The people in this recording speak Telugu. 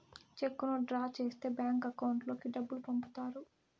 చెక్కును డ్రా చేస్తే బ్యాంక్ అకౌంట్ లోకి డబ్బులు పంపుతారు